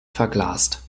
verglast